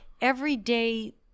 everyday